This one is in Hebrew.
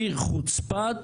היא חוצפת